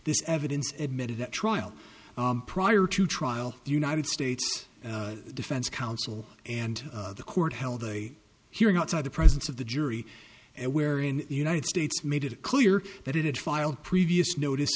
this evidence admitting that trial prior to trial the united states defense counsel and the court held a hearing outside the presence of the jury and where in the united states made it clear that it had filed previous notice